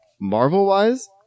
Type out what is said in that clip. Marvel-wise